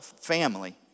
family